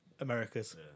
Americas